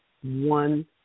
one